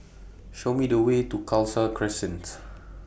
Show Me The Way to Khalsa Crescents